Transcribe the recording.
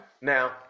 Now